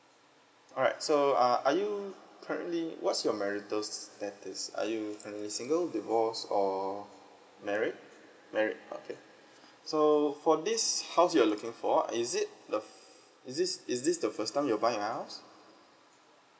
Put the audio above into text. alright so uh are you currently what's your marital status are you are you single divorced or married married okay so for this house you're looking for is it the is this is this the first time you're buying a house